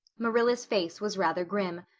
marilla's face was rather grim.